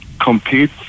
compete